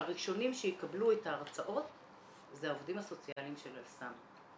שהראשונים שיקבלו את ההרצאות זה העובדים הסוציאליים של "אל סם",